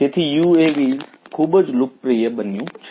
તેથી UAVs ખૂબ જ લોકપ્રિય બન્યું છે